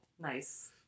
Nice